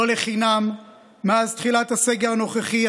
לא לחינם מאז תחילת הסגר הנוכחי,